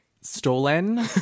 stolen